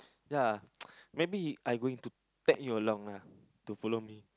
ya maybe I going to tag you along to follow me